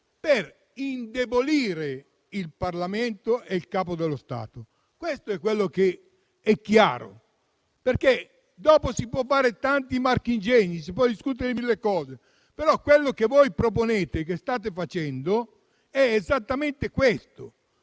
per indebolire il Parlamento e il Capo dello Stato. Questo è chiaro. Dopodiché si possono fare tanti marchingegni e si può discutere di mille cose; però quello che voi proponete e che state facendo è esattamente questo.